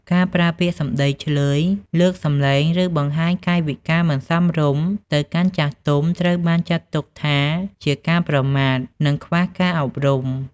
ការប្រើពាក្យសំដីឈ្លើយ លើកសំឡេង ឬបង្ហាញកាយវិការមិនសមរម្យទៅកាន់ចាស់ទុំ ត្រូវបានចាត់ទុកថាជាការប្រមាថ និងខ្វះការអប់រំ។